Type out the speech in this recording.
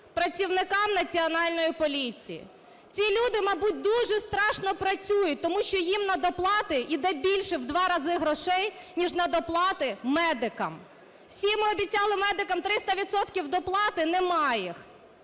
працівникам Національної поліції. Ці люди, мабуть, дуже страшно працюють, тому що їм на доплати іде більше в два рази грошей ніж на доплати медикам. Всі ми обіцяли медикам 300 відсотків доплати, нема їх.